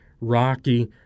rocky